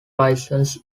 license